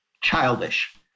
childish